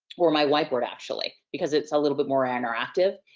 or my whiteboard actually, because it's a little bit more interactive.